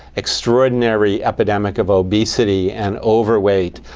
extraordinary epidemic of obesity, and overweight.